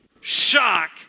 shock